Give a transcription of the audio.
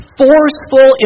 forceful